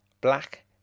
Black